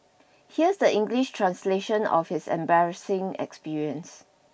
here is the English translation of his embarrassing experience